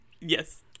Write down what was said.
Yes